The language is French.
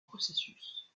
processus